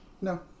No